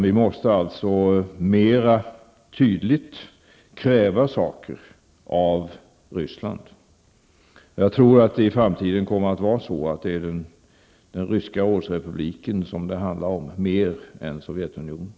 Vi måste alltså mer tydligt kräva saker av Ryssland -- jag tror att det i framtiden kommer att vara så att det är Ryska rådsrepubliken som det handlar om mer än om Sovjetunionen.